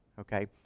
Okay